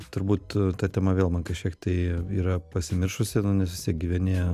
turbūt ta tema vėl man kažkiek tai yra pasimiršusi nu nes vis tiek gyveni